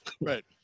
Right